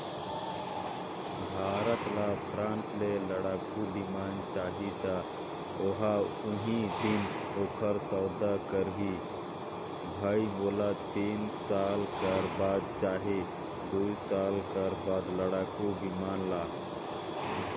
भारत ल फ्रांस ले लड़ाकु बिमान चाहीं त ओहा उहीं दिन ओखर सौदा करहीं भई मोला तीन साल कर बाद चहे दुई साल बाद लड़ाकू बिमान ल